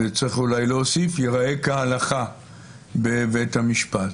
וצריך אולי להוסיף, ייראה כהלכה בבית המשפט.